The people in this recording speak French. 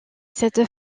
cette